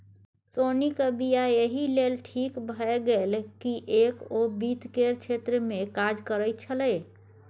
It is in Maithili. सोनीक वियाह एहि लेल ठीक भए गेल किएक ओ वित्त केर क्षेत्रमे काज करैत छलीह